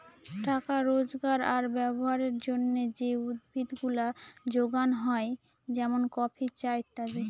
টাকা রোজগার আর ব্যবহারের জন্যে যে উদ্ভিদ গুলা যোগানো হয় যেমন কফি, চা ইত্যাদি